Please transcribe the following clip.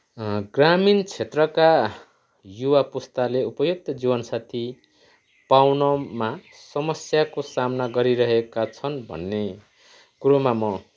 ग्रामीण क्षेत्रका युवा पुस्ताले उपयुक्त जीवन साथी पाउनमा समस्याको सामना गरिरहेका छन् भन्ने कुरोमा म